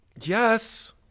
Yes